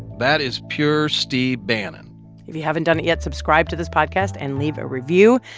that is pure steve bannon if you haven't done it yet, subscribe to this podcast and leave a review.